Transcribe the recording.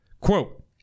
Quote